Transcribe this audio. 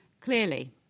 Clearly